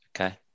Okay